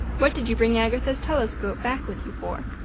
what did you bring agatha's telescope back with you for?